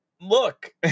look